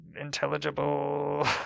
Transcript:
intelligible